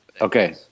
Okay